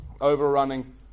overrunning